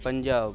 Punjab